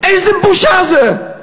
איזה בושה זה.